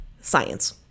science